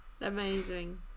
amazing